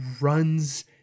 runs